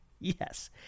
Yes